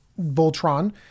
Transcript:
Voltron